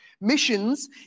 Missions